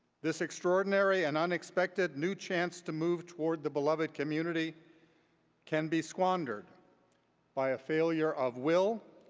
this extraordinary and unexpected new chance to move toward the beloved community can be squandered by a failure of will,